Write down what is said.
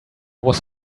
was